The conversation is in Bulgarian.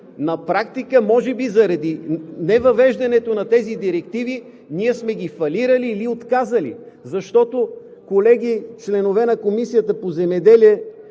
на практика може би заради невъвеждането на тези директиви ние сме ги фалирали или отказали. Защото, колеги, членове на Комисията по земеделието